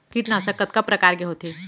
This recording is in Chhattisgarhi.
कीटनाशक कतका प्रकार के होथे?